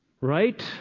right